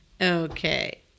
Okay